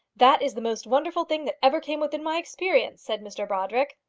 that is the most wonderful thing that ever came within my experience, said mr brodrick.